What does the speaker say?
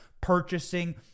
purchasing